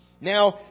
Now